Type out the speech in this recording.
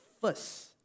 first